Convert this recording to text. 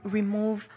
remove